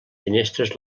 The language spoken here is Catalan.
finestres